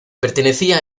pertenecía